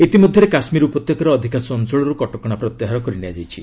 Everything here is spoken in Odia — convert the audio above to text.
ଇତିମଧ୍ୟରେ କାଶ୍କୀର ଉପତ୍ୟକାର ଅଧିକାଂଶ ଅଞ୍ଚଳରୁ କଟକଶା ପ୍ରତ୍ୟାହାର କରିନିଆଯାଇଛି